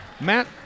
Matt